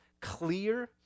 clear